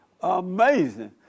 amazing